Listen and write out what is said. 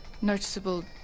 noticeable